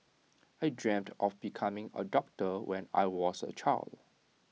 I dreamt of becoming A doctor when I was A child